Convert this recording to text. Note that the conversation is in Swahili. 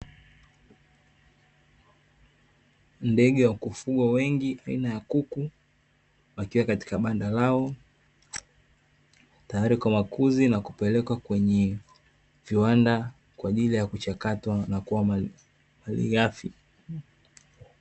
Ndege wa kufugwa wengi aina ya kuku, wakiwa katika banda lao tayari kwa makuzi na kupelekwa kwenye viwanda kwa ajili ya kuchakatwa na kuwa malighafi.